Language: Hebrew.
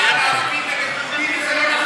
אתה מעביר את התשובה לערבים נגד יהודים.